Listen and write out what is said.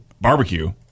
barbecue